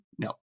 No